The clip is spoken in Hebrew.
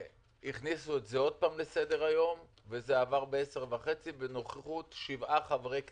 הכניסו אותו שוב לסדר היום והוא עבר ב-10:30 בנוכחות שבעה חברי כנסת.